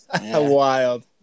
Wild